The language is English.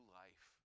life